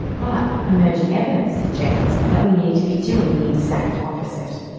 but emerging evidence suggests that we need to be doing the exact opposite.